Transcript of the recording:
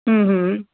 ہوں